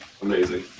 Amazing